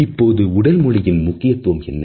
இப்போது உடல் மொழியின் முக்கியத்துவம் என்ன